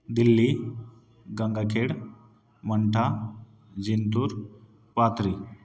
Delhi Gangakhed Mantha Jintur Pathri